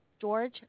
George